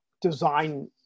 design